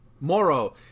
Moro